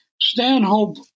Stanhope